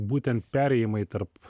būtent perėjimai tarp